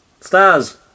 stars